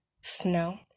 snow